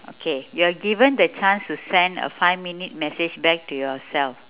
okay you're given the chance to send a five minute message back to yourself